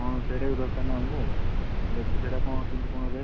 ହଁ ସେଇଟା ବି ଦରକାର ନା ଆମକୁ ନେବି ସେଇଟା କଣ କେମିତି କଣ ରେଟ୍